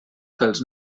pels